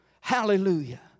Hallelujah